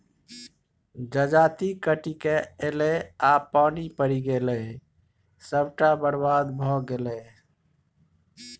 जजाति कटिकए ऐलै आ पानि पड़ि गेलै सभटा बरबाद भए गेलै